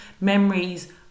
memories